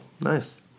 nice